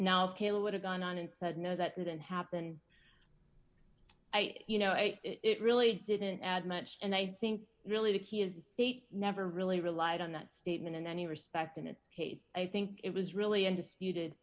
now kayla would have gone on and said no that didn't happen you know it really didn't add much and i think really the key is eight never really relied on that statement in any respect in that case i think it was really undisputed